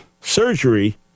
surgery